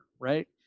right